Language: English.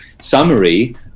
summary